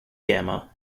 gamma